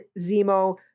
Zemo